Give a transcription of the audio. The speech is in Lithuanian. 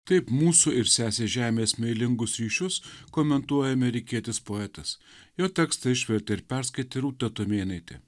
taip mūsų ir sesės žemės meilingus ryšius komentuoja amerikietis poetas jo tekstą išvertė ir perskaitė rūta tumėnaitė